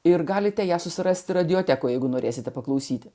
ir galite ją susirasti radiotekoje jeigu norėsite paklausyti